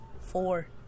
Four